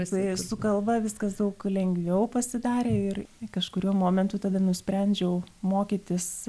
su kalba viskas daug lengviau pasidarė ir kažkuriuo momentu tada nusprendžiau mokytis